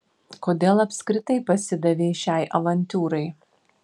kodėl apskritai pasidavei šiai avantiūrai